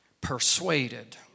persuaded